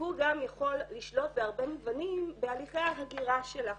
הוא גם יכול לשלוט בהרבה מובנים בהליכי ההגירה שלה,